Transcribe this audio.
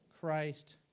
Christ